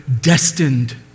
destined